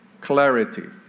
clarity